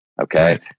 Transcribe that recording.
okay